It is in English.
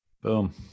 Boom